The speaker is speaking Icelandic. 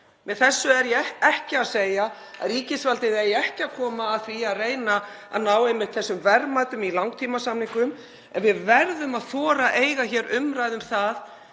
Með þessu er ég ekki að segja að ríkisvaldið eigi ekki að koma að því að reyna að ná þessum verðmætum í langtímasamningum. En við verðum að þora að eiga hér umræðu um það